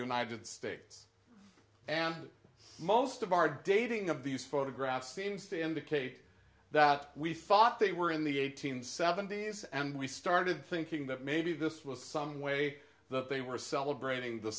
united states and most of our dating of these photographs seems to indicate that we thought they were in the eight hundred seventy s and we started thinking that maybe this was some way that they were celebrating the